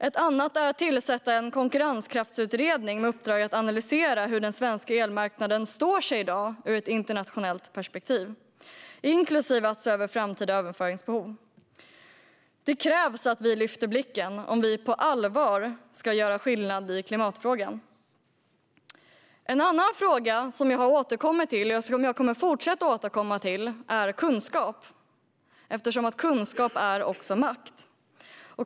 Ett annat är att tillsätta en konkurrenskraftsutredning med uppdrag att analysera hur den svenska elmarknaden står sig i dag ur ett internationellt perspektiv, inklusive att se över framtida överföringsbehov. Det krävs att vi alla lyfter blicken om vi på allvar ska göra skillnad i klimatfrågan. En annan fråga som jag återkommer till, och som jag kommer att fortsätta att återkomma till, är kunskap. Kunskap är också makt.